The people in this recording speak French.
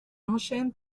enchaîne